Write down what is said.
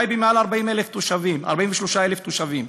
בטייבה יש מעל 40,000 תושבים, 43,000 תושבים.